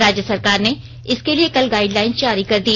राज्य सरकार ने इसके लिए कल गाइडलाइंस जारी कर दी